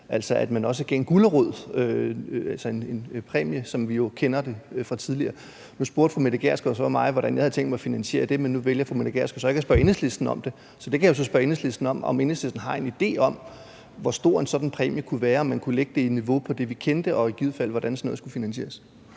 til at man også gav en gulerod, en præmie, som vi jo kender det fra tidligere. Nu spurgte fru Mette Gjerskov så mig, hvordan jeg havde tænkt mig at finansiere det, men nu vælger fru Mette Gjerskov så ikke at spørge Enhedslisten om det. Så jeg kan jo spørge Enhedslisten, om Enhedslisten har en idé om, hvor stor en sådan præmie kunne være, om man kunne lægge den på det niveau, vi kendte, og i givet fald hvordan sådan noget skulle finansieres.